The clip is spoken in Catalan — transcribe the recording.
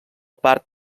part